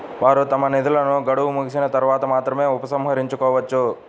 వారు తమ నిధులను గడువు ముగిసిన తర్వాత మాత్రమే ఉపసంహరించుకోవచ్చు